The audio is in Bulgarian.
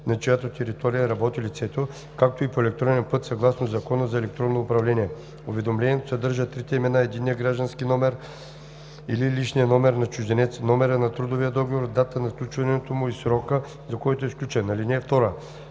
на чиято територия работи лицето, както и по електронен път съгласно Закона за електронното управление. Уведомлението съдържа трите имена, единния граждански номер (ЕГН) или личния номер на чужденец (ЛНЧ), номера на трудовия договор, датата на сключването му и срока, за който е сключен.